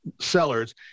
sellers